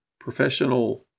Professional